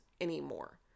anymore